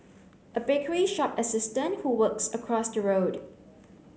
a bakery shop assistant who works across the road